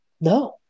no